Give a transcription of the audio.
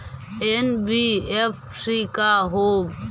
NBFC का होब?